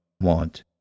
want